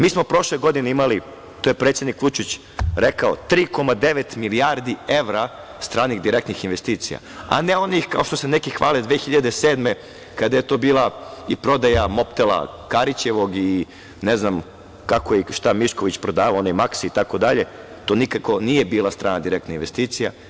Mi smo prošle godine imali, to je predsednik Vučić rekao, 3,9 milijardi evra stranih direktnih investicija, a ne onih kao što se neki hvale 2007. godine kada je to bila i prodaja „Mobtela“ Karićevog i ne znam kako je i šta je Mišković prodavao onaj „Maksi“ itd, to nikako nije bila strana direktna investicija.